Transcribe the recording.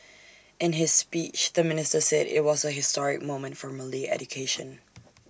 in his speech the minister said IT was A historic moment for Malay education